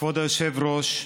כבוד היושב-ראש: